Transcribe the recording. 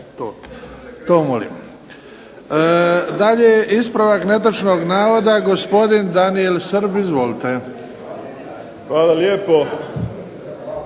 to molim. Dalje, ispravak netočnog navoda gospodin Daniel Srb. Izvolite. **Srb,